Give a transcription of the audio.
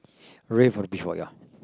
red for the beach ball ya